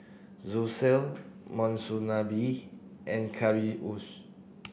Zosui Monsunabe and Currywurst